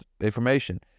information